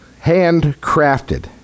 Handcrafted